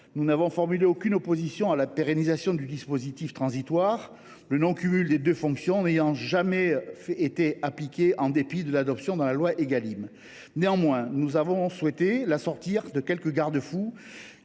Nous n’avons formulé aucune opposition à la pérennisation du dispositif transitoire – le non cumul des deux fonctions n’ayant, de fait, jamais été appliqué en dépit de l’adoption de la loi Égalim. Néanmoins, nous avions souhaité l’assortir de quelques garde fous